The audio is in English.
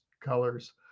colors